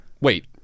wait